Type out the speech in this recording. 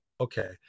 Okay